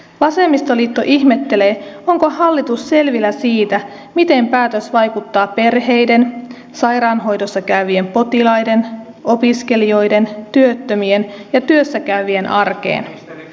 vasemmistoliitto ihmettelee onko hallitus selvillä siitä miten päätös vaikuttaa perheiden sairaanhoidossa käyvien potilaiden opiskelijoiden työttömien ja työssä käyvien arkeen